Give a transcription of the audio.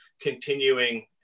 Continuing